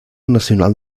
nacional